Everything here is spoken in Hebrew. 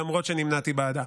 למרות שנמנעתי בעדה.